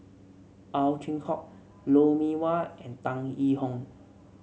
Ow Chin Hock Lou Mee Wah and Tan Yee Hong